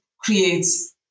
creates